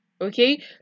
Okay